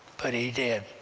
but he did,